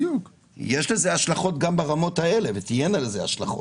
יש לזה השלכות גם ברמות האלו, ותהיינה לזה השלכות.